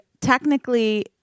technically